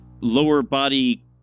lower-body